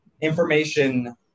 information